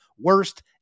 worst